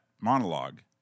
monologue